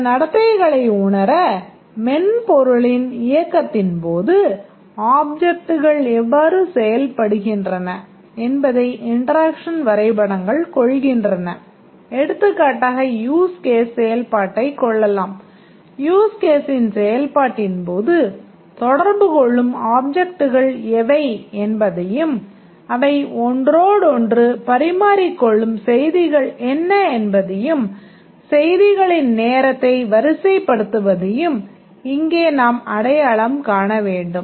சில நடத்தைகளை உணர மென்பொருளின் இயக்கத்தின் போது ஆப்ஜெக்ட்கள் எவ்வாறு செயல்படுகின்றன என்பதை இன்டெராக்ஷன் வரைபடங்கள் கொள்கின்றன எடுத்துக்காட்டாக யூஸ் கேஸ் செயல்பாட்டைக் கொள்ளலாம் யூஸ் கேஸ்ஸின் செயல்பாட்டின் போது தொடர்பு கொள்ளும் ஆப்ஜெக்ட்கள் எவை என்பதையும் அவை ஒன்றோடொன்று பரிமாறிக்கொள்ளும் செய்திகள் என்ன என்பதையும் செய்திகளின் நேரத்தை வரிசைப்படுத்துவதையும் இங்கே நாம் அடையாளம் காண வேண்டும்